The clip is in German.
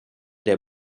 der